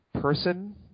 person